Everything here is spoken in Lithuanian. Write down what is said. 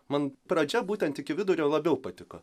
man pradžia būtent iki vidurio labiau patiko